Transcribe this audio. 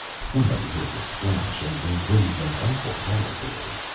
somebody heard the splash and they raised an awful hullabaloo.